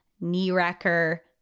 knee-wrecker